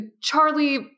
Charlie